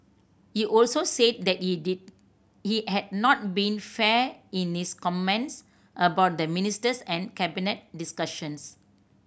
he also said that he did he had not been fair in his comments about the ministers and Cabinet discussions